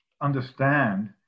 understand